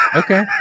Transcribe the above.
okay